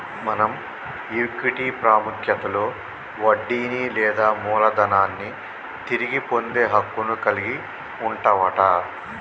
మనం ఈక్విటీ పాముఖ్యతలో వడ్డీని లేదా మూలదనాన్ని తిరిగి పొందే హక్కును కలిగి వుంటవట